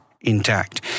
intact